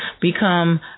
become